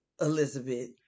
Elizabeth